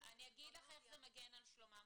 אני אגיד לך איך זה מגן על שלומם.